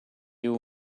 you